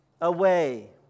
away